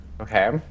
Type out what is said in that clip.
Okay